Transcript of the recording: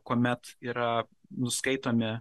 kuomet yra nuskaitomi